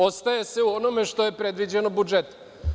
Ostaje se u onome što je predviđeno budžetom.